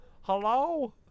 Hello